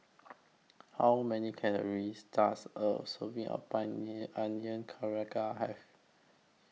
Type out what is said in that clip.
How Many Calories Does A Serving of Onion Pakora Have